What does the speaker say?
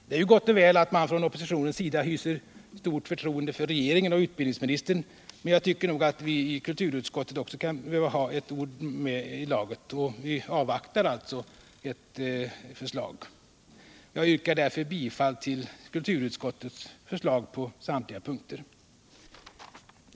Det är gott och väl att man från oppositionens sida hyser stort förtroende för regeringen och utbildningsministern, men jag tycker nog att också vi i kulturutskottet behöver få ett ord med i laget. Vi väntar alltså på ett förslag. Jag yrkar därför bifall till kulturutskottets förslag på samtliga punkter.